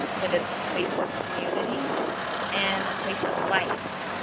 but it's a place of community and a place of life.